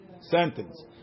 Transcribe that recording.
sentence